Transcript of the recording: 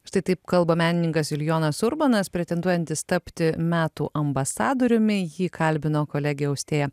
štai taip kalba menininkas julijonas urbonas pretenduojantis tapti metų ambasadoriumi jį kalbino kolegė austėja